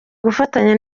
gufatanya